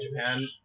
Japan